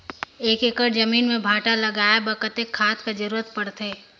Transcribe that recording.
एक एकड़ जमीन म भांटा लगाय बर कतेक खाद कर जरूरत पड़थे?